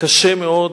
קשה מאוד,